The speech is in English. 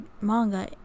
manga